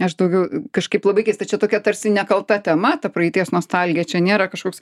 aš daugiau kažkaip labai keista čia tokia tarsi nekalta tema ta praeities nostalgija čia nėra kažkoks